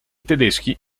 tedeschi